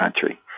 country